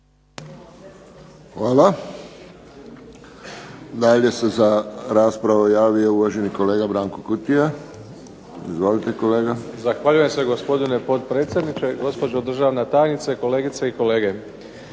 Hvala. Dalje se za raspravu javio uvaženi kolega Branko Kutija. Izvolite kolega. **Kutija, Branko (HDZ)** Zahvaljujem se gospodine potpredsjedniče, gospođo državna tajnice, kolegice i kolege.